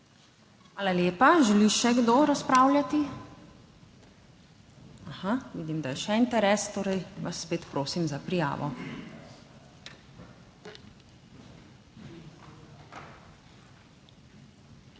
Hvala lepa. Želi še kdo razpravljati? Aha, vidim, da je še interes. Torej vas spet prosim za prijavo. Zdaj pa